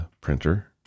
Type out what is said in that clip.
printer